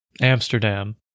Amsterdam